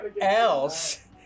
else